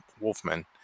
Wolfman